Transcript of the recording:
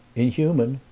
inhuman?